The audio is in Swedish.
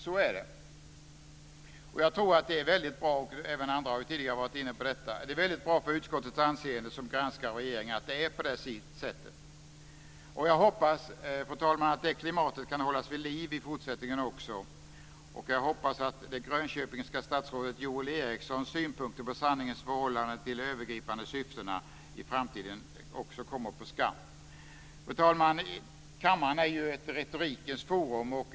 Så är det. Jag tror att det är väldigt bra för utskottets anseende som granskare av regeringen. Detta har ju även andra varit inne på tidigare. Jag hoppas, fru talman, att det klimatet kan hållas vid liv i fortsättningen också. Jag hoppas också att det grönköpingska stadsrådet Joel Erikssons synpunkter på sanningens förhållande till de övergripande syftena i framtiden också kommer på skam. Fru talman! Kammaren är ju ett retorikens forum.